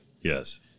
Yes